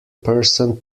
person